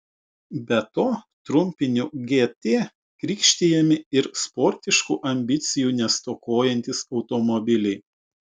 be to trumpiniu gt krikštijami ir sportiškų ambicijų nestokojantys automobiliai